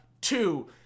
Two